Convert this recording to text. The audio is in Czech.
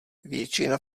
většina